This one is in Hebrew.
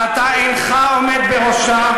שאתה אינך עומד בראשה,